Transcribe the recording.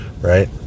right